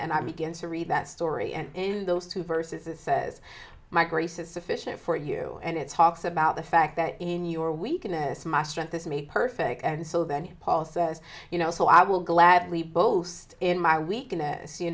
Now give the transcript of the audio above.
i began to read that story and in those two verses it says my grace is sufficient for you and it's talks about the fact that in your weakness my strength is made perfect and so then paul says you know so i will gladly both in my weakness you